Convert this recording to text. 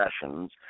sessions